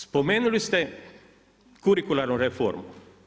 Spomenuli ste kurikularnu reformu.